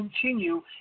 continue